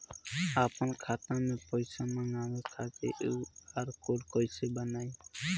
आपन खाता मे पैसा मँगबावे खातिर क्यू.आर कोड कैसे बनाएम?